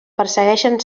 persegueixen